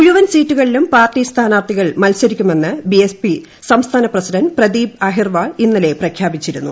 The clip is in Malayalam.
മുഴുവൻ സീറ്റുകളിലും പാർട്ടി സ്ര്യ്ഥാഗാർത്ഥികൾ മത്സരിക്കുമെന്ന് ബി എസ് സംസ്ഥാന പ്രസീഡന്റ് പ്രദീപ് അഹിർവാർ ഇന്നലെ പി പ്രഖ്യാപിച്ചിരുന്നു